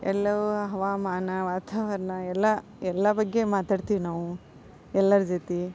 ಎಲ್ಲೋ ಹವಾಮಾನ ವಾತಾವರಣ ಎಲ್ಲಾ ಎಲ್ಲಾ ಬಗ್ಗೆ ಮಾತಾಡ್ತಿವಿ ನಾವು ಎಲ್ಲರ ಜೊತೆ